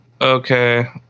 Okay